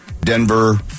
Denver